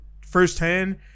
firsthand